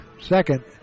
second